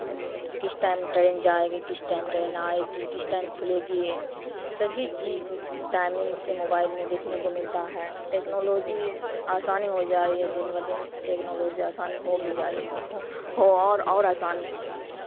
کس time train جائے گی کس ٹائم ٹرین آئے گی کس ٹائم کھلے گی سبھی چیز ٹائمنگ سے موبائل میں دیکھنے کو ملتا ہے ٹیکنالوزی آسانی ہو جا رہی ہے دن بہ دن ٹیکنالوزی آسانی ہو بھی جائے گی ہو ہو اور اور آسانی ہونا ہے